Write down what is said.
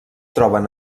troben